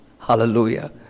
hallelujah